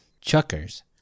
Chuckers